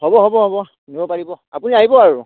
হ'ব হ'ব হ'ব নিব পাৰিব আপুনি আহিব আৰু